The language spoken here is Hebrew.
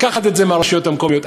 לקחת את זה מהרשויות המקומיות.